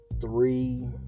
three